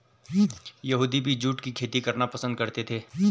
यहूदी भी जूट की खेती करना पसंद करते थे